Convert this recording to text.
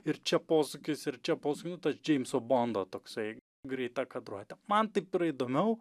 ir čia posūkis ir čia posūkis nu tas džeimso bondo toksai greita kadruotė man taip yra įdomiau